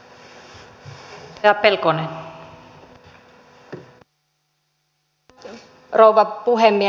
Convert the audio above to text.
arvoisa rouva puhemies